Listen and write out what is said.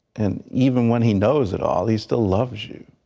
and even when he knows it all he still loves you.